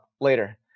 later